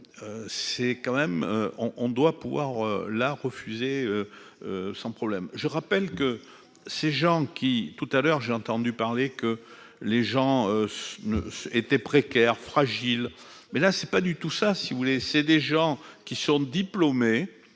c'est quand même on, on doit pouvoir l'refuser sans problème, je rappelle que ces gens qui, tout à l'heure, j'ai entendu parler que les gens ne s'était précaires fragile mais là c'est pas du tout ça, si vous voulez, c'est des gens qui sont diplômés